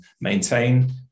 maintain